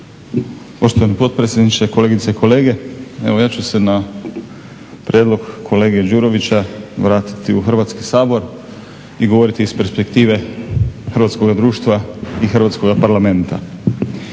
Poštovani potpredsjedniče, kolegice i kolege evo ja ću se na prijedlog kolege Đurovića vratiti u Hrvatski sabor i govoriti iz perspektive hrvatskoga društva i Hrvatskoga parlamenta.